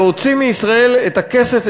להוציא מישראל את הכסף,